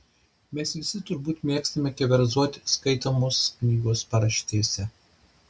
mes visi turbūt mėgstame keverzoti skaitomos knygos paraštėse